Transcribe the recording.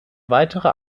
weitere